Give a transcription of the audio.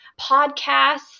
podcasts